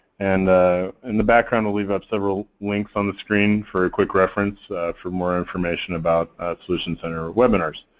and in the background, we'll leave up several links on the screen for quick reference for more information about solutions center webinars.